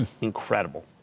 Incredible